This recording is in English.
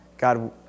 God